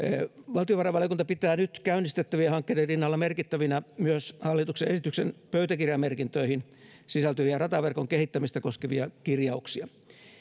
valtiovarainvaliokunta pitää nyt käynnistettävien hankkeiden rinnalla merkittävinä myös hallituksen esityksen pöytäkirjamerkintöihin sisältyviä rataverkon kehittämistä koskevia kirjauksia